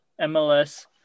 MLS